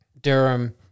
Durham